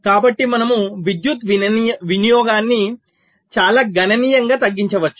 కాబట్టి మనము విద్యుత్ వినియోగాన్ని చాలా గణనీయంగా తగ్గించవచ్చు